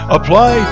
Apply